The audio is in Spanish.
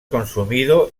consumido